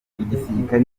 igisirikare